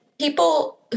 people